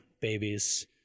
babies